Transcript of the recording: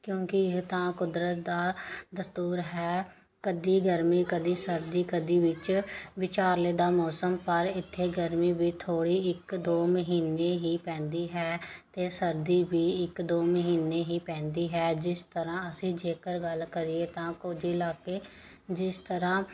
ਕਿਉਂਕਿ ਇਹ ਤਾਂ ਕੁਦਰਤ ਦਾ ਦਸਤੂਰ ਹੈ ਕਦੀ ਗਰਮੀ ਕਦੀ ਸਰਦੀ ਕਦੀ ਵਿੱਚ ਵਿਚਾਲੇ ਦਾ ਮੌਸਮ ਪਰ ਇੱਥੇ ਗਰਮੀ ਵੀ ਥੋੜ੍ਹੀ ਇੱਕ ਦੋ ਮਹੀਨੇ ਹੀ ਪੈਂਦੀ ਹੈ ਅਤੇ ਸਰਦੀ ਵੀ ਇੱਕ ਦੋ ਮਹੀਨੇ ਹੀ ਪੈਂਦੀ ਹੈ ਜਿਸ ਤਰ੍ਹਾਂ ਅਸੀਂ ਜੇਕਰ ਗੱਲ ਕਰੀਏ ਤਾਂ ਕੁਝ ਇਲਾਕੇ ਜਿਸ ਤਰ੍ਹਾਂ